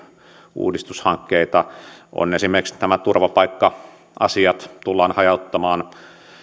uudistushankkeita on esimerkiksi tämä että turvapaikka asiat tullaan hajauttamaan